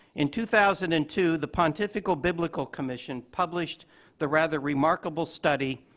in two thousand and two, the pontifical biblical commission published the rather remarkable study,